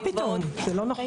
מה פתאום, זה לא נכון.